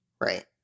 Right